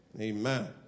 Amen